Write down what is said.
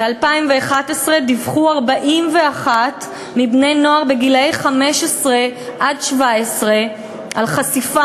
ב-2011 דיווחו 41 מבני-נוער גילאי 15 17 על חשיפה